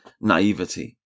naivety